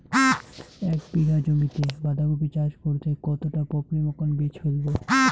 এক বিঘা জমিতে বাধাকপি চাষ করতে কতটা পপ্রীমকন বীজ ফেলবো?